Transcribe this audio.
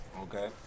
okay